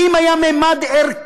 כי אם היה ממד ערכי,